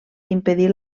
impedir